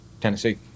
Tennessee